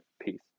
Peace